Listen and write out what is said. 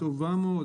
היא טובה מאוד.